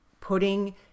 putting